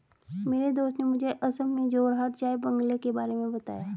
मेरे दोस्त ने मुझे असम में जोरहाट चाय बंगलों के बारे में बताया